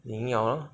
赢了 lor